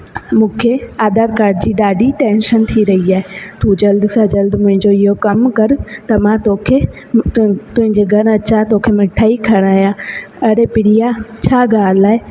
मूंखे आधार काड जी ॾाढी टेंशन थी रही आहे तूं जल्द सां जल्द मुंहिंजो इहो कमु कर त मां तोखे तूं तुंहिंजे घरु अचा तोखे मिठाई खराया अरे प्रिया छा ॻाल्हि आहे